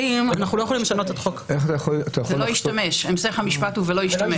המשך המשפט הוא "ולא ישתמש".